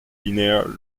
linear